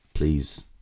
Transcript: please